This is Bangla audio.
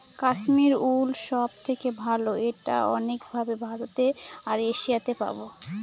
কাশ্মিরী উল সব থেকে ভালো এটা অনেক ভাবে ভারতে আর এশিয়াতে পাবো